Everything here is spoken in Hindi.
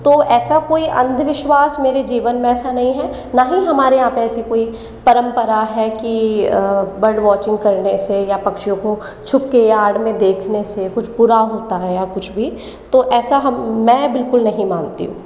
तो ऐसा कोई अन्धविश्वास मेरे जीवन मे ऐसा नहीं है न ही हमारे यहाँ पर ऐसी कोई परंपरा है कि बर्ड वोचिंग करने से या पक्षियों को छुपके या आड़ में देखने से कुछ बुरा होता है या कुछ भी तो ऐसा हम मैं बिल्कुल नहीं मानती हूँ